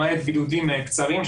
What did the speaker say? למעט בידודים קצרים,